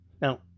Now